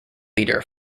leader